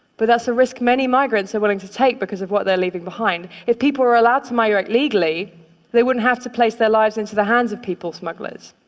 but that's a risk many migrants are willing to take, because of what they're leaving behind. if people were allowed to migrate legally they wouldn't have to place their lives into the hands of people smugglers.